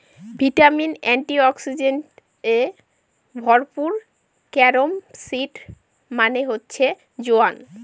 vitamin, antioxidants এ ভরপুর carom seed মানে হচ্ছে জোয়ান